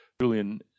Julian